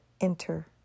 enter